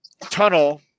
tunnel